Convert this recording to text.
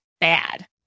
bad